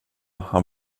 han